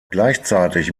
gleichzeitig